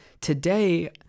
Today